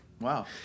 Wow